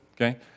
okay